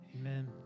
Amen